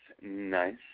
nice